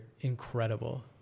incredible